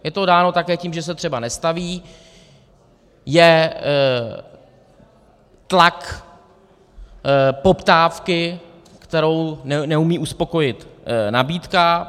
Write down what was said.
Je to dáno také tím, že se třeba nestaví, je tlak poptávky, kterou neumí uspokojit nabídka.